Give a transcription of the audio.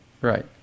right